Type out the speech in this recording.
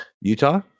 utah